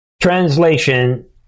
translation